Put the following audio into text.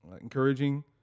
encouraging